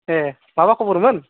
ए माबा खबरमोन